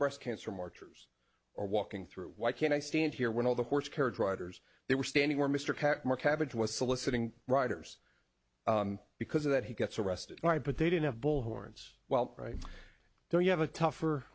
breast cancer marchers are walking through why can't i stand here when all the horse carriage riders they were standing where mr cabbage was soliciting riders because of that he gets arrested right but they didn't have bullhorns well right there you have a tougher